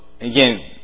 again